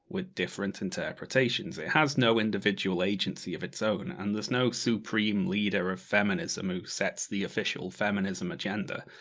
with different interpretations. it has no individual agency of its own. and there's no supreme leader of feminism, who sets the official feminism agenda